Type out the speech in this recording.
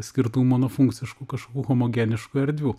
skirtų monofunkciškų kažkokių homogeniškų erdvių